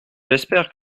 j’espère